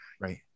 right